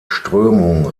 strömung